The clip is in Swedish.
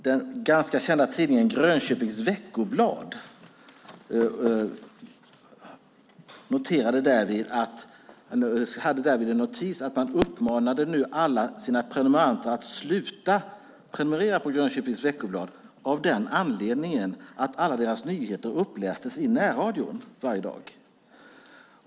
Den ganska kända tidningen Grönköpings Veckoblad hade då en notis där man uppmanade alla sina prenumeranter att sluta prenumerera på Grönköpings Veckoblad av den anledningen att alla deras nyheter upplästes i närradion varje dag.